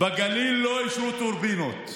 בגליל לא אישרו טורבינות,